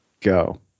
go